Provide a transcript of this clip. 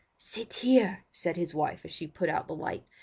sit here said his wife as she put out the light.